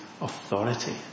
authority